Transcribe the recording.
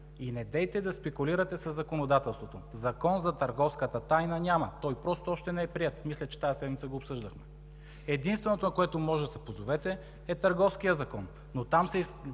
И недейте да спекулирате със законодателството! Закон за търговската тайна няма, той просто още не е приет. Мисля, че тази седмица го обсъждахме. Единственото, на което можете да се позовете, е Търговския закон, но там са изредени